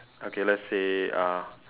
okay so let's say uh